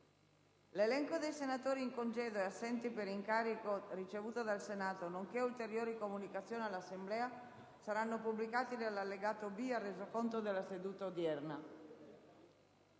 L'elenco dei senatori in congedo e assenti per incarico ricevuto dal Senato nonché ulteriori comunicazioni all'Assemblea saranno pubblicati nell'allegato B ai Resoconti della seduta. Avverte